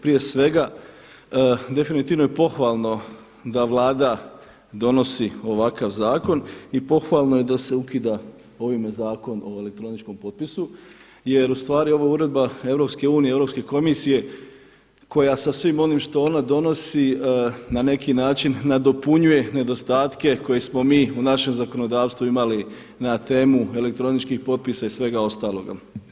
Prije svega definitivno je pohvalno da Vlada donosi ovakav zakon i pohvalno je da se ukida ovime Zakon o elektroničkom potpisu, jer u stvari ova uredba EU, Europske komisije koja sa svim onim što ona donosi na neki način nadopunjuje nedostatke koje smo mi u našem zakonodavstvu imali na temu elektroničkih potpisa i svega ostaloga.